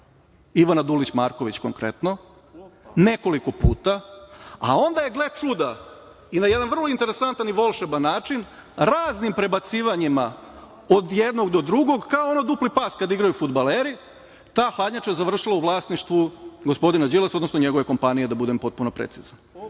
Ivana Dulić Marković konkretno, nekoliko puta, a onda je gle čuda i na jedan vrlo interesantan i volšeban način raznim prebacivanjima od jednog do drugog, kao ono dupli pas kad igraju fudbaleri, ta hladnjača završila u vlasništvu gospodina Đilasa, odnosno njegove kompanije, da budem potpuno precizan.31/1